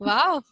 Wow